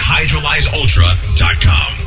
HydrolyzeUltra.com